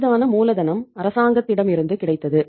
எளிதான மூலதனம் அரசாங்கத்திடமிருந்து கிடைத்தது